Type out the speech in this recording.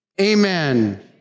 Amen